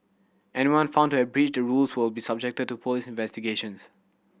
anyone found to have breached the rules will be subjected to police investigations